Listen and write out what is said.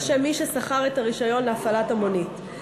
שם מי ששכר את הרישיון להפעלת המונית.